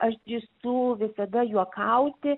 aš drįstu visada juokauti